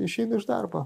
išeinu iš darbo